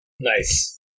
Nice